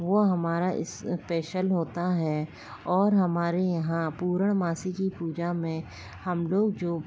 वह हमारा इस्पेशल होता है और हमारे यहाँ पूर्णमासी की पूजा में हम लोग जो